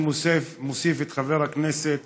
אני מוסיף את חבר הכנסת